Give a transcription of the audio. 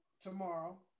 tomorrow